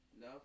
No